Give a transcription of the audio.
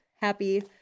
happy